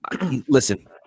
listen